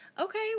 Okay